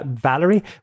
Valerie